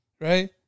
right